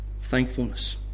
thankfulness